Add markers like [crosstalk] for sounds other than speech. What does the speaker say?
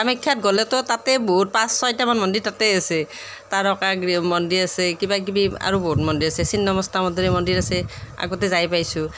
কামাখ্যাত গ'লেতো তাতেই বহুত পাঁচ ছটামান মন্দিৰ তাতেই আছে তাৰকাগৃহ মন্দিৰ আছে কিবা কিবি আৰু বহুত মন্দিৰ আছে [unintelligible] মন্দিৰ আছে আগতে যাই পাইছোঁ